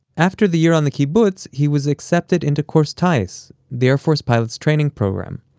after the year on the kibbutz, he was accepted into course tayis, the air force pilot's training program.